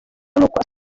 n’uko